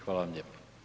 Hvala vam lijepa.